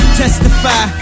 testify